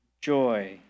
joy